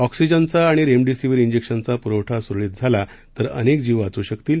ऑक्सिजनचा आणि रेमडीसिवीर जिक्शनचा प्रवठा सुरळीत झाल्यास अनेक जीव वाचू शकतील